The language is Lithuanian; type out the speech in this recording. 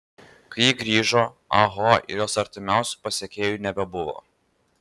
kai ji grįžo ah ho ir jos artimiausių pasekėjų nebebuvo